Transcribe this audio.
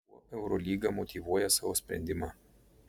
kuo eurolyga motyvuoja savo sprendimą